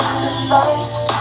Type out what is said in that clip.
tonight